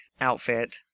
outfit